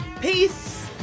Peace